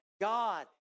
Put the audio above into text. God